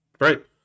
Right